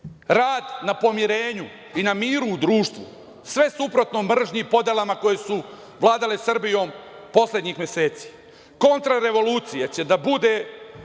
rad na pomirenju i na miru u društvu, sve suprotno mržnji i podelama koje su vladale Srbijom poslednjih meseci. Kontrarevolucija će da bude